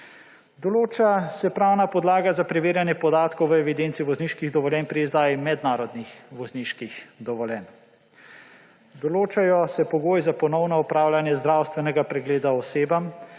Določa se pravna podlaga za preverjanje podatkov v evidenci vozniških dovoljenj pri izdaji mednarodnih vozniških dovoljenj. Določajo se pogoji za ponovno opravljanje zdravstvenega pregleda osebam,